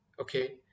Okay